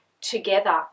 together